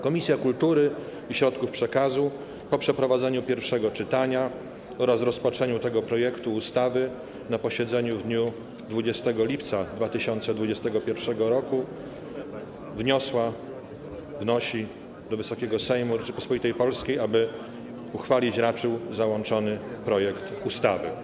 Komisja Kultury i Środków Przekazu po przeprowadzeniu pierwszego czytania oraz rozpatrzeniu tego projektu ustawy na posiedzeniu w dniu 20 lipca 2021 r. wnosi do Wysokiego Sejmu Rzeczypospolitej Polskiej, aby uchwalić raczył załączony projekt ustawy.